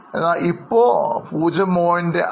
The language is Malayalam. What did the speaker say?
എന്നാൽ ഇപ്പോൾ 0